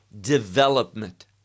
development